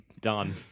Done